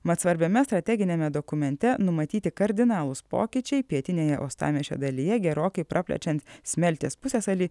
mat svarbiame strateginiame dokumente numatyti kardinalūs pokyčiai pietinėje uostamiesčio dalyje gerokai praplečiant smeltės pusiasalį